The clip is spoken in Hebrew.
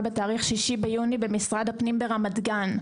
בתאריך ה-6 ביוני במשרד הפנים ברמת גן,